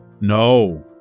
no